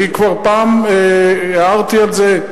כבר פעם הערתי על זה.